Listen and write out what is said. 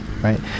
right